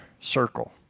circle